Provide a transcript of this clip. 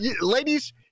ladies